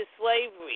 slavery